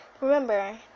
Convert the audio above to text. Remember